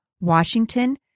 Washington